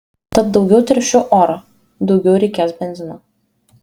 tad daugiau teršiu orą daugiau reikės benzino